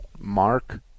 Mark